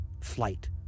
flight